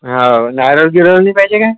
हो नारळ बिरळ नाही पाहिजे काय